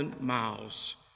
miles